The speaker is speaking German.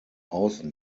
außen